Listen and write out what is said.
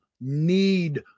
need